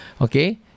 Okay